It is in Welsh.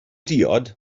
diod